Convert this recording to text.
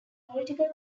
political